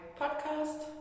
podcast